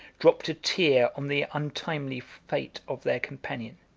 dropped a tear on the untimely fate of their companion,